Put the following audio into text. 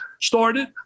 started